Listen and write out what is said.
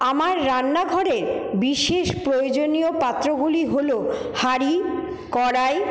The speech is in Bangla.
আমার রান্নাঘরে বিশেষ প্রয়োজনীয় পাত্রগুলি হল হাঁড়ি কড়াই